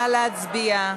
נא להצביע.